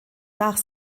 nach